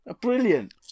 Brilliant